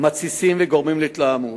מתסיסים וגורמים להתלהמות: